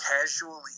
casually